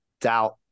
doubt